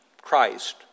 Christ